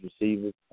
receivers